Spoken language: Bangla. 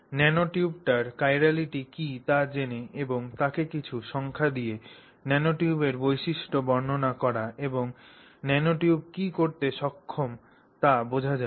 ন্যানোটিউবটির চিরালিটি কী তা জেনে এবং তাকে কিছু সংখ্যা দিয়ে ন্যানোটিউবের বৈশিষ্ট্য বর্ণনা করা এবং ন্যানোটিউব কী করতে সক্ষম তা বোঝা যায়